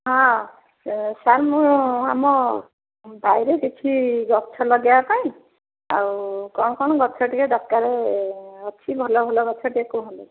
ହଁ ସାର୍ ମୁଁ ଆମ ବାଡ଼ିରେ କିଛି ଗଛ ଲଗାଇବା ପାଇଁ ଆଉ କ'ଣ କ'ଣ ଗଛ ଟିକେ ଦରକାରେ ଅଛି ଭଲ ଭଲ ଗଛ ଟିକିଏ କୁହନ୍ତୁ